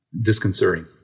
disconcerting